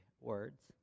words